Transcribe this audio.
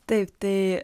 taip tai